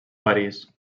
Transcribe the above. parís